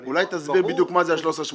אבל ברור --- אולי תסביר בדיוק מה זה 13.80?